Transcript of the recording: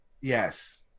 Yes